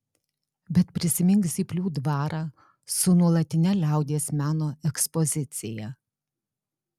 bet prisimink zyplių dvarą su nuolatine liaudies meno ekspozicija